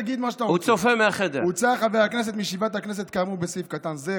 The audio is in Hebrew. תגיד מה שאתה רוצה: "הוצא חבר הכנסת מישיבה כאמור בסעיף קטן זה,